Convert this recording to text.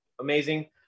Amazing